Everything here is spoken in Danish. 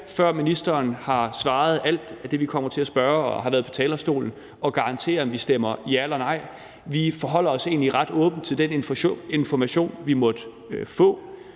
før ministeren har svaret på alt det, vi kommer til at spørge om, og har været på talerstolen, stå her og garantere, om vi stemmer ja eller nej. Vi forholder os egentlig ret åbent til den information, vi måtte få,